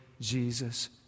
Jesus